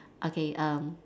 okay um